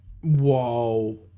Whoa